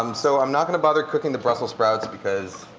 um so i'm not going to bother cooking the brussels sprouts, because